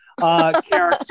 character